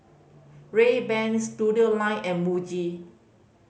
Rayban Studioline and Muji